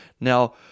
Now